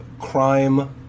crime